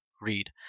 read